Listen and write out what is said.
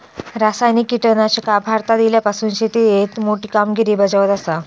रासायनिक कीटकनाशका भारतात इल्यापासून शेतीएत मोठी कामगिरी बजावत आसा